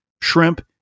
shrimp